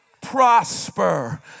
prosper